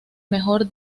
mejor